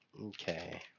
Okay